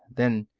then,